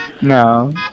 No